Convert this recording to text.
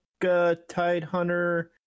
Tidehunter